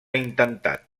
intentat